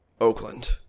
Oakland